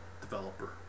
developer